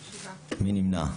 7. מי נמנע?